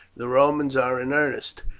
the romans are in earnest.